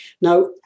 Now